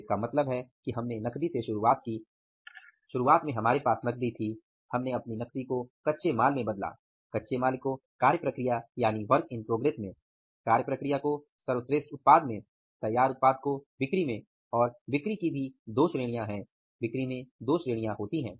तो इसका मतलब है कि हमने नकदी से शुरुआत की हमारे पास नकदी थी हमने अपनी नकदी को कच्चे माल में बदला कच्चे माल को कार्य प्रक्रिया में कार्य प्रक्रिया को सर्वश्रेष्ठ उत्पाद में तैयार उत्पाद को बिक्री में और बिक्री दो श्रेणियों में होती है